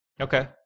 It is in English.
Okay